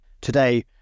today